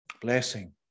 blessing